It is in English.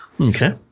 Okay